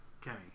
Kenny